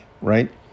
right